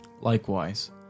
Likewise